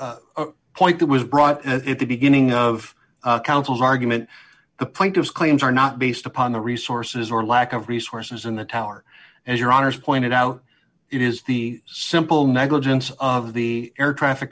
the point that was brought at the beginning of counsel's argument the point of claims are not based upon the resources or lack of resources in the tower and your honour's pointed out it is the simple negligence of the air traffic